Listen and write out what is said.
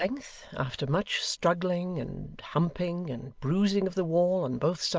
at length after much struggling and humping, and bruising of the wall on both sides,